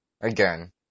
again